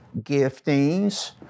giftings